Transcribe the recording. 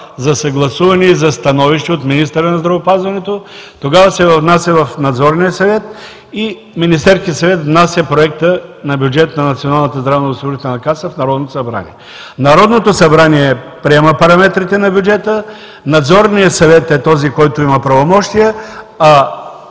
за съгласуване и за становище от министъра на здравеопазването, тогава се внася в Надзорния съвет и Министерският съвет внася Проекта на бюджет на Националната здравноосигурителна каса в Народното събрание. Народното събрание приема параметрите на бюджета. Надзорният съвет е този, които има правомощия,